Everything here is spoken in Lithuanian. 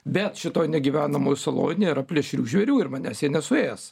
bet šitoj negyvenamoj saloj nėra plėšrių žvėrių ir manęs nesuės